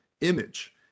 image